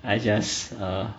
I just uh